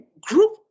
group